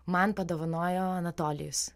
man padovanojo anatolijus